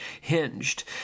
hinged